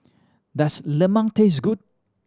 does lemang taste good